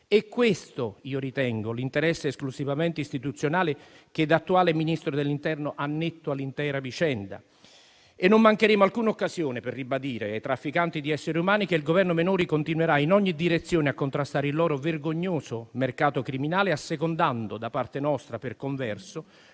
È questo - io ritengo - l'interesse esclusivamente istituzionale che da attuale Ministro dell'interno annetto all'intera vicenda. E non mancheremo alcuna occasione per ribadire ai trafficanti di esseri umani che il Governo Meloni continuerà in ogni direzione a contrastare il loro vergognoso mercato criminale, assecondando da parte nostra, per converso,